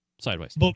Sideways